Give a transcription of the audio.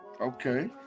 Okay